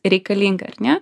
reikalinga ar ne